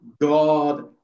God